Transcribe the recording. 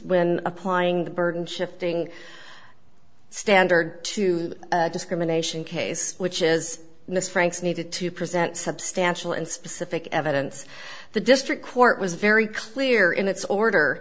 when applying the burden shifting standard to the discrimination case which is miss franks needed to present substantial and specific evidence the district court was very clear in its order